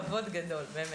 כבוד גדול, באמת.